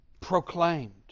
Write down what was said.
proclaimed